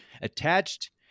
attached